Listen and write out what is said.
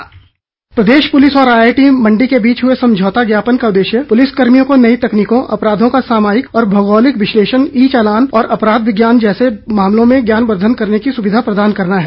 dispatch प्रदेश पुलिस और आईआईटी मंडी के बीच हुए समझौता ज्ञापन का उदेश्य पुलिस कर्मियों को नई तकनीकों अपराधो का सामयिक व भौगोलिक विश्लेषण ई चालान और अपराध विज्ञान जैसे मामलों में ज्ञानवर्धन करने की सुविधा प्रदान करना है